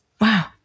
Wow